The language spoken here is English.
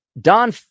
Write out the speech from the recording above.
Don